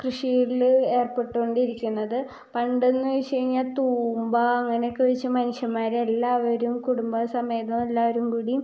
കൃഷിയിൽ ഏർപ്പെട്ടോണ്ടിരിക്കുന്നത് പണ്ടെന്ന് വച്ച് കഴിഞ്ഞാൽ തൂമ്പ അങ്ങനെയൊക്കെ വച്ച് മനുഷ്യമാർ എല്ലാവരും കുടുംമ്പ സമേതം എല്ലാരും കൂടി